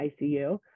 ICU